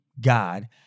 God